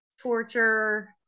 torture